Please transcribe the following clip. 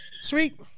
Sweet